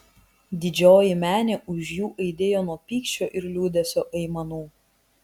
didžioji menė už jų aidėjo nuo pykčio ir liūdesio aimanų